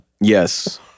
yes